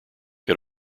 had